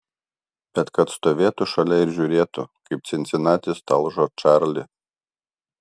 bet kad stovėtų šalia ir žiūrėtų kaip cincinatis talžo čarlį